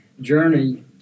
journey